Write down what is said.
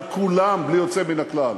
על כולם בלי יוצא מן הכלל,